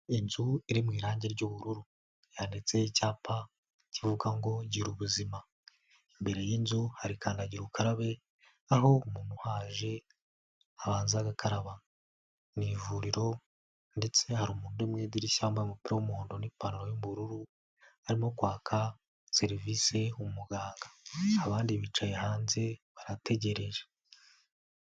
Inzu iri mu irangi ry'ubururu yanditseho icyapa kivuga ngo Girubuzima, imbere y'inzu hari kandagira ukarabe aho umuntu uhaje abanza agakaraba, ni ivuriro ndetse hari umuntu uri mu idirishya yambaye umupira w'umuhondo n'ipantaro y'ubururu arimo kwaka serivisi umuganga, abandi bicaye hanze barategereje.